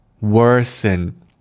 worsen